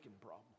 problem